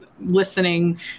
listening